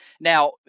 Now